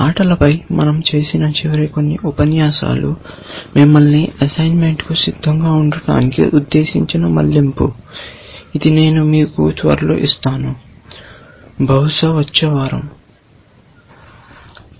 ఆటలపై మన০ చేసిన చివరి కొన్ని ఉపన్యాసాలు మిమ్మల్ని అసైన్మెంట్ కు సిద్ధంగా ఉండటానికి ఉద్దేశించిన మళ్లింపు ఇది నేను మీకు త్వరలో ఇస్తాను బహుశా వచ్చే వారం